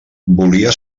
volia